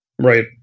right